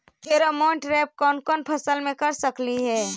Pheromone trap कोन कोन फसल मे कर सकली हे?